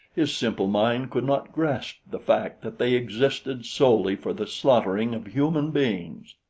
his simple mind could not grasp the fact that they existed solely for the slaughtering of human beings.